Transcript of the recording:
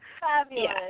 Fabulous